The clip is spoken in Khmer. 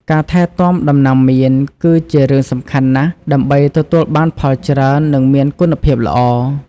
ការថែទាំដំណាំមៀនគឺជារឿងសំខាន់ណាស់ដើម្បីទទួលបានផលច្រើន និងមានគុណភាពល្អ។